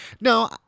No